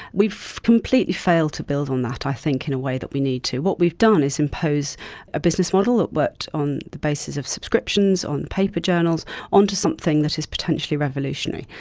we've completely failed to build on that i think in a way that we need to. what we've done is impose a business model that worked but on the basis of subscriptions on paper journals onto something that is potentially revolutionary.